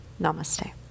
Namaste